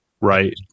Right